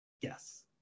Yes